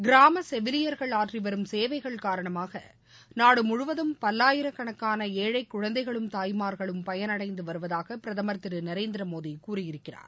கிராம செவிலியர்கள் ஆற்றி வரும் சேவைகள் காரணமாக நாடு முழுவதும் பல்லாயிரக்கணக்கான ஏழை குழந்தைகளும் தாய்மார்களும் பயனடைந்து வருவதாக பிரதமர் திரு நரேந்திர மோடி கூறியிருக்கிறார்